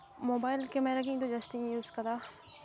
mobile camera ᱜᱮ ᱤᱧ ᱫᱚ ᱡᱟᱹᱥᱛᱤᱧ ᱤᱭᱩᱡᱽ ᱠᱟᱫᱟ